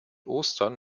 ostern